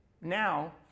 now